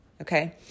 okay